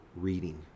reading